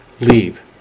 leave